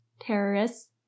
terrorists